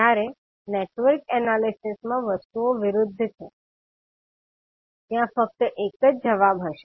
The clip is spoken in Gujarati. જ્યારે નેટવર્ક એનાલિસિસમાં વસ્તુઓ વિરુદ્ધ છે ત્યાં ફક્ત એક જ જવાબ હશે